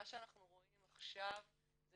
מה שאנחנו רואים עכשיו זה